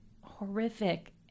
horrific